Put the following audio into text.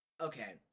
Okay